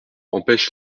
empêche